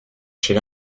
chez